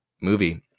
movie